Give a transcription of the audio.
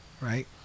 Right